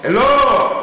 לא.